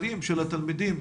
התלמידים.